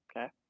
Okay